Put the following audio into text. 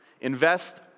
Invest